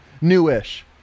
new-ish